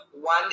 one